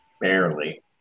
Barely